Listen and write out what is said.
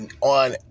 On